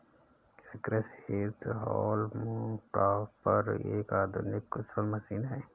क्या कृषि हेतु हॉल्म टॉपर एक आधुनिक कुशल मशीन है?